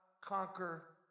conquer